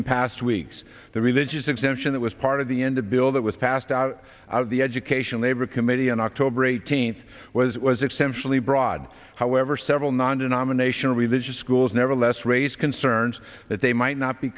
in past weeks the religious exemption that was part of the and a bill that was passed out of the education labor committee and october eighteenth was it was exceptionally broad however several non denominational religious schools nevertheless raise concerns that they might not be